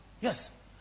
Yes